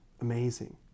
amazing